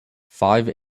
five